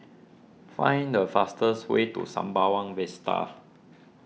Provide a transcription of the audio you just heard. find the fastest way to Sembawang Vista